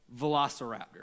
velociraptor